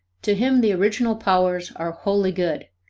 to him the original powers are wholly good,